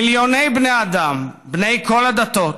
מיליוני בני אדם, בני כל הדתות,